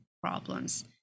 problems